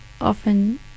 often